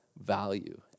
value